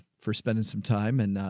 for spending some time and, ah,